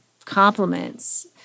compliments